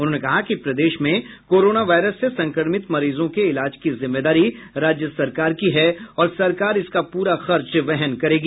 उन्होंने कहा कि प्रदेश में कोरोना वायरस से संक्रमित मरीजों के इलाज की जिम्मेदारी राज्य सरकार की है और सरकार इसका पूरा खर्च वहन करेगी